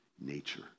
nature